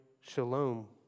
shalom